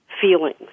feelings